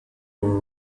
were